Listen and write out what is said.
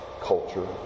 Culture